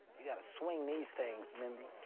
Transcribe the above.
you got to swing these things, mindy.